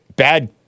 Bad